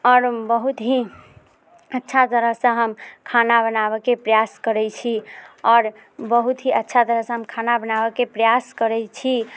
आओर बहुत ही अच्छा तरहसँ हम खाना बनाबऽके प्रयास करै छी आओर बहुत ही अच्छा तरीकासँ हम खाना बनाबऽके प्रयास करै छी